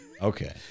Okay